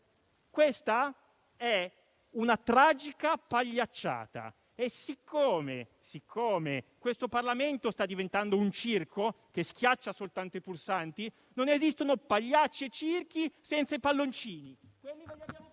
Questa è una tragica pagliacciata e siccome questo Parlamento sta diventando un circo che schiaccia soltanto i pulsanti, non esistono pagliacci e circhi senza i palloncini.